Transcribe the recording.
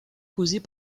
causés